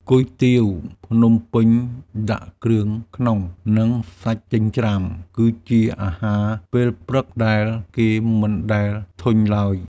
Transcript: គុយទាវភ្នំពេញដាក់គ្រឿងក្នុង និងសាច់ចិញ្ច្រាំ គឺជាអាហារពេលព្រឹកដែលគេមិនដែលធុញឡើយ។